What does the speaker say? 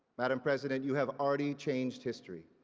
madame president you have already changed history.